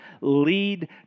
lead